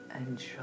Enjoy